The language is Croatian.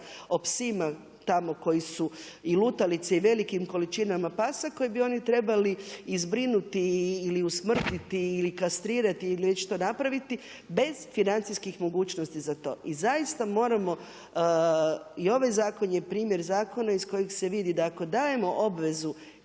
o psima tamo koji su i lutalice i o velikim količinama pasa koji bi oni trebali i zbrinuti ili usmrtiti ili kastrirati ili nešto napraviti bez financijskih mogućnosti za to. I zasta moramo i ovaj zakon je primjer zakona iz kojeg se vidi da ako dajemo obvezu